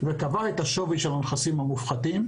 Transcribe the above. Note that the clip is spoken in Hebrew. וקבעה את שווי הנכסים המופחתים